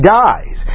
dies